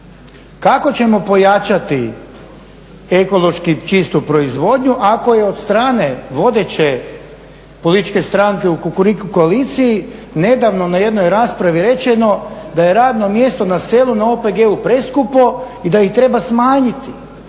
kako ćemo pojačati ekološki čistu proizvodnju ako je od strane vodeće političke stranke u Kukuriku koaliciji nedavno na jednoj raspravi rečeno da je radno mjesto na selu, na OPG-u preskupo i da ih treba smanjiti,